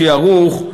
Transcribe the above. שערוך,